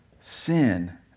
sin